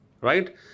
Right